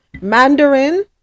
mandarin